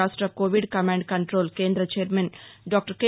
రాష్ట Covid command control కేంద్ర chairman doctor K